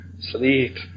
Sleep